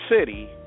city